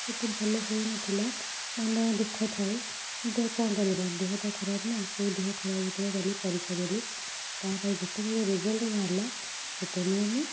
ସେତେ ଭଲ ହେଇନଥିଲା ମନ ଦୁଃଖ ଥାଏ କିନ୍ତୁ ଆଉ କ'ଣ କରିବା ଦେହ ତ ଖରାପ ନା ସେ ଦେହ ଖରାପ ଭିତରେ ଗଲି ପରିକ୍ଷା ଦେଲି ତା'ପରେ ଯେତେବେଳେ ରେଜଲ୍ଟ ବାହାରିଲା ସେତେବେଳେ ମୁଁ